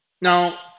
Now